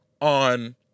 on